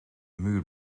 muur